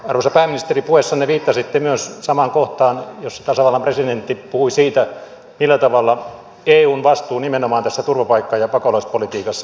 arvoisa pääministeri puheessanne viittasitte myös samaan kohtaan jossa tasavallan presidentti puhui siitä millä tavalla eun vastuu nimenomaan tässä turvapaikka ja pakolaispolitiikassa on keskeinen